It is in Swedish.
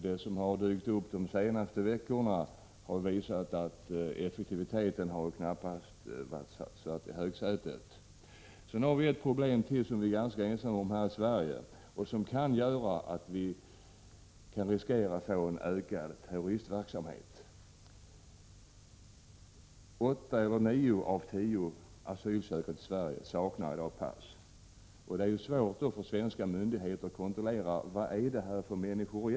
Det som framkommit under de senaste veckorna har visat att effektiviteten knappast har varit satt i högsätet. Så finns det ett problem till som vi är ganska ensamma om här i Sverige och som kan medföra att vi riskerar att få en ökad terroristverksamhet. Åtta eller nio av tio asylsökande till Sverige saknar i dag pass. Det är då svårt för svenska myndigheter att kontrollera vad det egentligen är för människor.